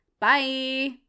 Bye